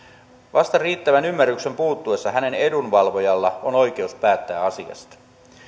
vasta riittävän ymmärryksen puuttuessa hänen edunvalvojallaan on oikeus päättää asiasta